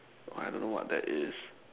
I don't know what that is